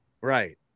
Right